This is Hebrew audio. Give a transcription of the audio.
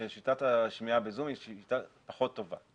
ששיטת השמיעה ב"זום" היא שיטה פחות טובה.